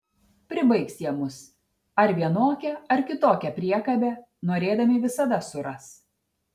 pribaigs jie mus ar vienokią ar kitokią priekabę norėdami visada suras